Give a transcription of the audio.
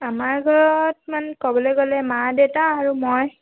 আমাৰ ঘৰত মানে ক'বলে গ'লে মা দেতা আৰু মই